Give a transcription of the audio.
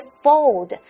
fold